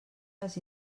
les